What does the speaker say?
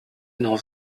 n’en